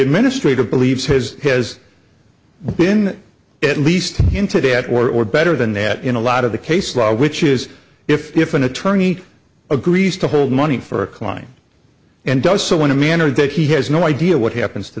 mistreated believes has has been at least into that war or better than that in a lot of the case law which is if an attorney agrees to hold money for a client and does so in a manner that he has no idea what happens to